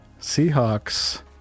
Seahawks